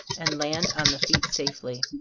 and land on the feet safely.